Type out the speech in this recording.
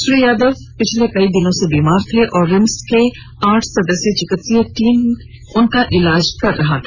श्री यादव पिछले कई दिनों से बीमार थे और रिम्स के आठ सदस्यीय चिकित्सीय टीम उनका इलाज कर रहा था